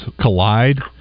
collide